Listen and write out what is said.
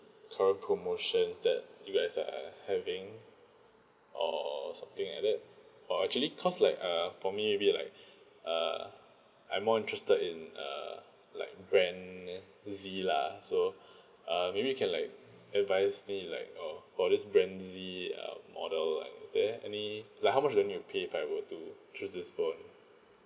current promotion that you guys are having or something like that or actually because like err for me maybe like err I'm more interested in uh like brand Z lah so err maybe you can like advise me like err for this brand Z uh model like is there any like how much will I need to pay if I were to choose this phone